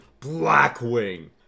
Blackwing